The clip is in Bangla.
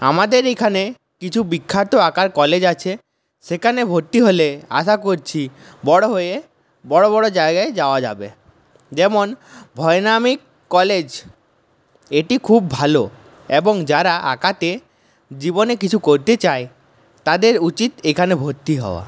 আমাদের এখানে কিছু বিখ্যাত আঁকার কলেজ আছে সেখানে ভর্তি হলে আশা করছি বড়ো হয়ে বড়ো বড়ো জায়গায় যাওয়া যাবে যেমন ভয়নামিক কলেজ এটি খুব ভালো এবং যারা আঁকাতে জীবনে কিছু করতে চায় তাদের উচিত এখানে ভর্তি হওয়া